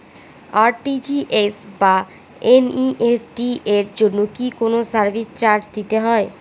RTGS বা NEFT এর জন্য কি কোনো সার্ভিস চার্জ দিতে হয়?